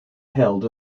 held